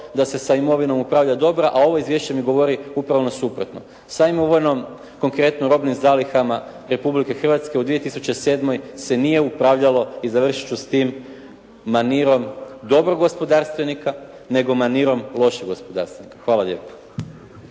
da se sa imovinom upravlja dobro, a ovo izvješće mi govori upravo suprotno. Samo u ovim konkretno robnim zalihama Republike Hrvatske u 2007. se nije upravljalo i završit ću s tim, manirom dobrog gospodarstvenika nego manirom lošeg gospodarstvenika. Hvala lijepo.